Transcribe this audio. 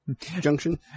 Junction